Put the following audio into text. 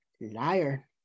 Liar